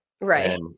Right